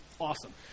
Awesome